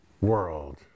world